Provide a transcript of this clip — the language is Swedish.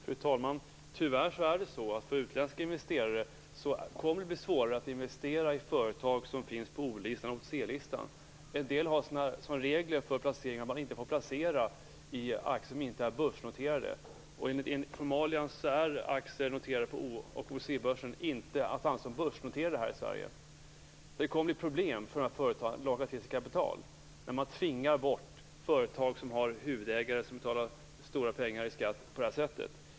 Fru talman! Tyvärr kommer det att bli svårare för utländska investerare att investera i företag som finns på O och OTC-listan. En del har som regel att man inte får placera i aktier som inte är börsnoterade. Och enligt formalian är aktier som är noterade på O och OTC-börsen inte att anse som börsnoterade här i Det kommer alltså att bli problem för dessa företag att locka till sig kapital när företag med huvudägare som betalar mycket pengar i skatt tvingas bort på det här sättet.